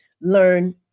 learn